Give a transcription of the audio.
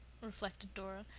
reflected dora.